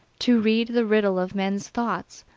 to read the riddle of men's thoughts,